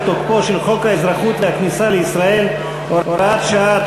תוקפו של חוק האזרחות והכניסה לישראל (הוראת שעה),